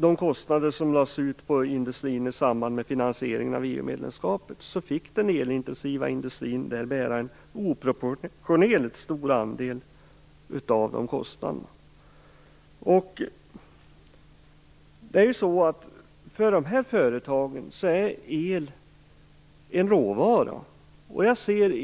de kostnader som lades ut på industrin i samband med finansieringen av EU-medlemskapet fick den elintensiva industrin bära en oproportionerligt stor andel. För de här företagen är el en råvara.